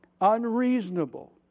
Unreasonable